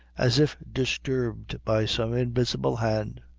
as if disturbed by some invisible hand.